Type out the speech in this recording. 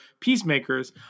Peacemakers